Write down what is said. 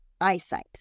eyesight